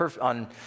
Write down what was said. on